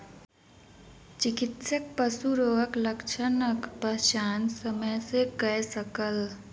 चिकित्सक पशु रोगक लक्षणक पहचान समय सॅ कय सकल